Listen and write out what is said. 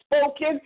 spoken